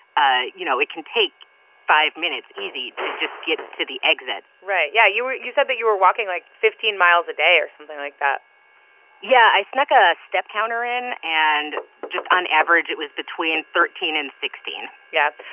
ah you know, it can take five minutes easy to just get to the exit right. yeah. you were you said that you were walking, like, fifteen miles a day or something like that yeah. i snuck a step counter in. and just on average, it was between thirteen and sixteen point yeah.